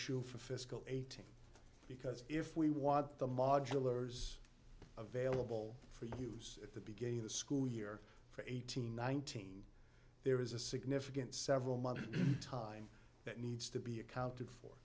ue for fiscal eighteen because if we want the modulars available for use at the beginning of the school year for eighteen nineteen there is a significant several months time that needs to be accounted for